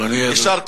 יישר כוח,